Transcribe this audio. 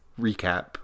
recap